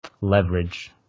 leverage